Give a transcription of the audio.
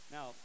Now